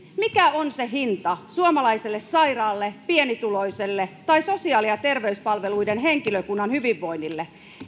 mikä on se hinta suomalaiselle sairaalle pienituloiselle tai sosiaali ja terveyspalveluiden henkilökunnan hyvinvoinnille